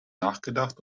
nachgedacht